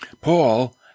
Paul